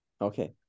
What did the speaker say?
okay